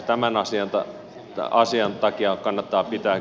tämän asian takia kannattaa pitää kyllä puheensa